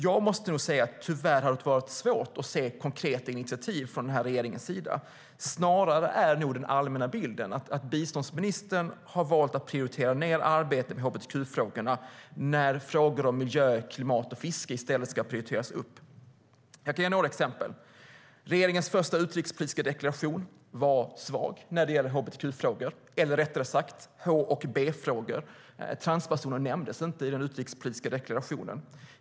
Jag måste nog säga att det tyvärr har varit svårt att se konkreta initiativ från den här regeringens sida. Snarare är nog den allmänna bilden att biståndsministern har valt att prioritera ned arbetet med hbtq-frågorna när frågor om miljö, klimat och fiske i stället ska prioriteras upp. Jag kan ge några exempel. Regeringens första utrikespolitiska deklaration var svag när det gäller hbtq-frågor eller rättare sagt h och bfrågor, för transpersoner nämndes inte i den utrikespolitiska deklarationen.